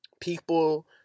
people